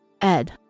Ed